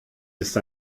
ist